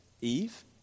Eve